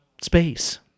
space